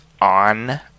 on